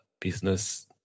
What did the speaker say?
business